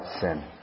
sin